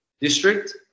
District